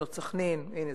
"בנות סח'נין" הנה,